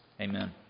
Amen